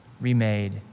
remade